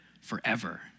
forever